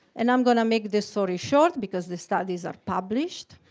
and i'm gonna make this story short because the studies are published,